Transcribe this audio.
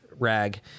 rag